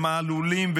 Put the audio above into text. הם עלולים,